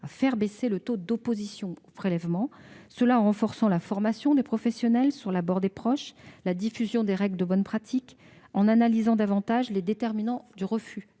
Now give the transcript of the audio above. à faire baisser le taux d'opposition au prélèvement. Il faudra pour cela renforcer la formation des professionnels sur l'abord des proches et la diffusion des règles de bonnes pratiques, mais aussi analyser davantage les déterminants du refus